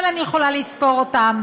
אבל אני יכולה לספור אותם